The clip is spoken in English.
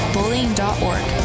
Bullying.org